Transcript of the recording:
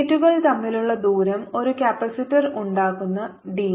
പ്ലേറ്റുകൾ തമ്മിലുള്ള ദൂരം ഒരു കപ്പാസിറ്റർ ഉണ്ടാക്കുന്നു d